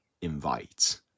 invite